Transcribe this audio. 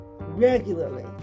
regularly